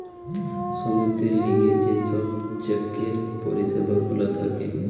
শ্রমিকদের লিগে যে সব চেকের পরিষেবা গুলা থাকে